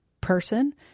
person